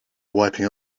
wiping